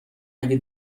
اگه